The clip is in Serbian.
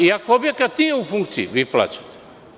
Iako objekat nije u funkciji, vi plaćate.